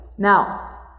Now